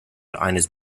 eines